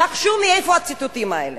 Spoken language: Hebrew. נחשו מאיפה הציטוטים האלה?